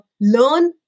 learn